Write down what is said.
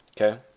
Okay